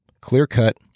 clear-cut